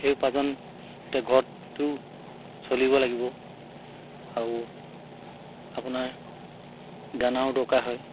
সেই উপাৰ্জনতে ঘৰত তেও চলিব লাগিব আৰু আপোনাৰ দানাও দৰকাৰ হয়